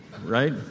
right